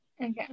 Okay